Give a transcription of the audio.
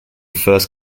first